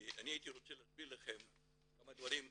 אני הייתי רוצה להסביר לכם כמה דברים עקרוניים.